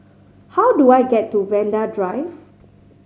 how do I get to Vanda Drive